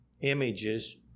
images